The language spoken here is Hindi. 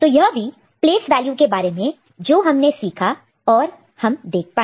तो यह थी प्लेस वैल्यू के बारे में जो हमने सीखा और हम देख पाए